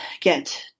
get